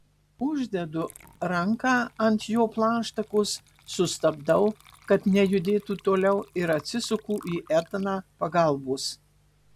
uždedu ranką ant jo plaštakos sustabdau kad nejudėtų toliau ir atsisuku į etaną pagalbos